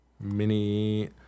Mini